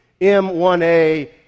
M1A